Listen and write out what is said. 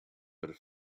but